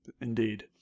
Indeed